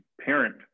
parent